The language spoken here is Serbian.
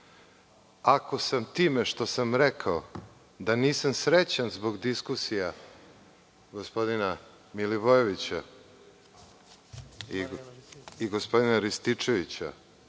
sam time, što sam rekao da nisam srećan zbog diskusija gospodina Milivojevića i gospodina Rističevića,